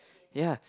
ya